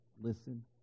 listen